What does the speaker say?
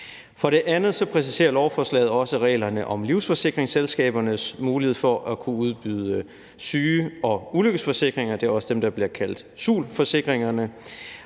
For det andet præciserer lovforslaget også reglerne om livsforsikringsselskabernes mulighed for at kunne udbyde syge- og ulykkesforsikring – det er også dem, der bliver kaldt SUL-forsikringerne